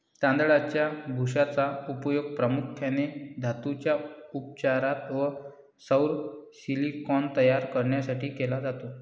तांदळाच्या भुशाचा उपयोग प्रामुख्याने धातूंच्या उपचारात व सौर सिलिकॉन तयार करण्यासाठी केला जातो